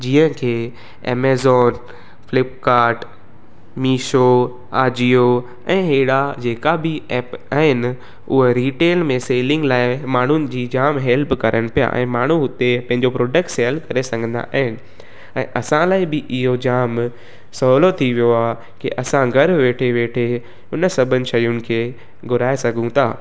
जीअं की Amazon Flipkart Meesho Ajio ऐं अहिड़ा जेका बि एप आहिनि उअ रिटेल में सेलिंग लाइ माण्हुनि जी जाम हेल्प करण पिया ऐं माण्हू हुते पंहिंजो प्रोडक्ट सेल करे सघंदा आहिनि ऐं असां लाइ बि इहो जाम सहुलो थी वियो आहे की असां घर वेठे वेठे उन सभिनि शयुनि खे घुराइ सघूं था